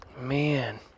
Man